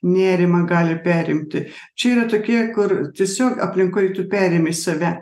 nerimą gali perimti čia yra tokie kur tiesiog aplinkoj tu perimi į save